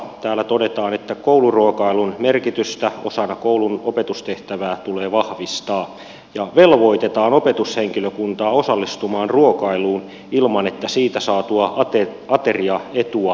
täällä todetaan että kouluruokailun merkitystä osana koulun opetustehtävää tulee vahvistaa ja velvoitetaan opetushenkilökuntaa osallistumaan ruokailuun ilman että siitä saatua ateriaetua verotetaan